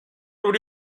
would